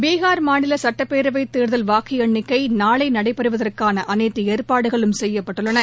பீகார் மாநில சட்டப்பேரவைத் தேர்தல் வாக்கு எண்ணிக்கை நாளை நடைபெறுவதற்கான அனைத்து ஏற்பாடுகளும் செய்யப்பட்டுள்ளன